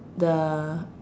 the